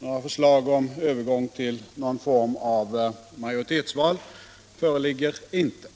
Några förslag om övergång till någon form av majoritetsval föreligger inte.